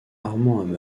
armand